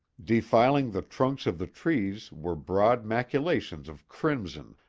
defiling the trunks of the trees were broad maculations of crimson,